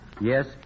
Yes